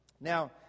Now